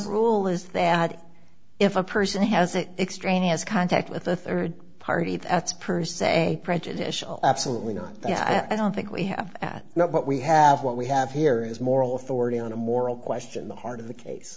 rule is that if a person has an extraneous contact with a third party that's per se prejudicial absolutely not i don't think we have that now what we have what we have here is moral authority on a moral question the heart of the case